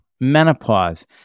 menopause